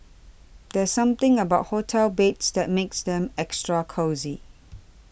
there's something about hotel beds that makes them extra cosy